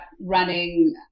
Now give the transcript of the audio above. running